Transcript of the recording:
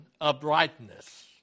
uprightness